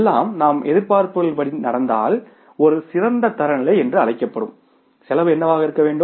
எல்லாம் நம் எதிர்பார்ப்புகளின்படி நடந்தால் ஒரு சிறந்த தரநிலை என்று அழைக்கப்படும் செலவு என்னவாக இருக்க வேண்டும்